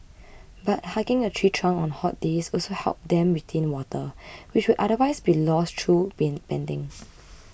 but hugging a tree trunk on hot days also helps then retain water which would otherwise be lost through being panting